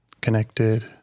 Connected